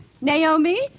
Naomi